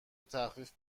تخفیف